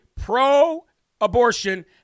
pro-abortion